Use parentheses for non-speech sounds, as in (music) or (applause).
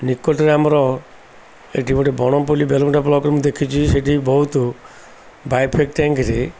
ନିକଟରେ ଆମର ଏଠି ଗୋଟେ ବଣପଲି ବେଲଗୁଣ୍ଡା ବ୍ଲକରୁ ମୁଁ ଦେଖିଛି ସେଠି ବହୁତ (unintelligible) ଫ୍ରେକ୍ ଟ୍ୟାଙ୍କରେ